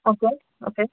okay okay